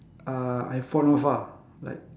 uh I fond of ah like